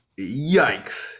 Yikes